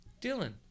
Dylan